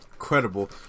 Credible